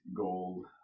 gold